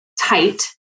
tight